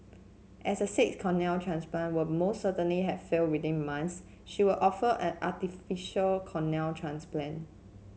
as a sixth cornea transplant would most certainly have failed within month she was offered an artificial cornea transplant